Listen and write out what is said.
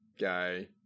guy